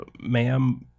ma'am